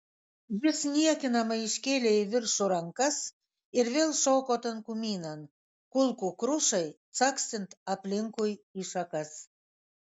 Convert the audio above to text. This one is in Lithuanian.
jis niekinamai iškėlė į viršų rankas ir vėl šoko tankumynan kulkų krušai caksint aplinkui į šakas